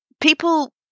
people